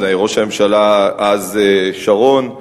ראש הממשלה אז, שרון,